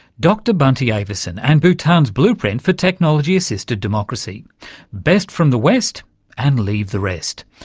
dr bunty avieson and bhutan's blueprint for technology-assisted democracy best from the west and leave the rest.